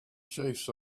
chiefs